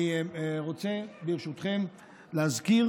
אני רוצה, ברשותכם, להזכיר